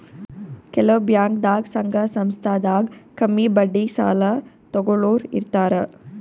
ಕೆಲವ್ ಬ್ಯಾಂಕ್ದಾಗ್ ಸಂಘ ಸಂಸ್ಥಾದಾಗ್ ಕಮ್ಮಿ ಬಡ್ಡಿಗ್ ಸಾಲ ತಗೋಳೋರ್ ಇರ್ತಾರ